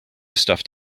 stuffed